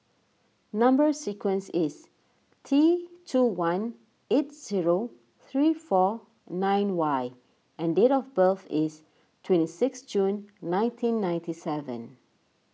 Number Sequence is T two one eight zero three four nine Y and date of birth is twenty six June nineteen ninety seven